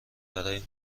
برای